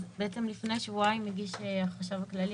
אז בעצם לפני שבועיים הגיש החשב הכללי